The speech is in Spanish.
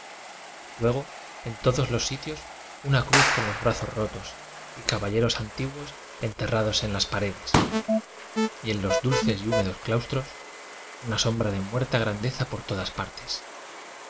luego en todos los sitios una cruz con los brazos rotos y caballeros antiguos enterrados en las paredes y en los dulces y húme dos claustros una sombra de muerta súandeza por todas partes